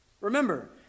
remember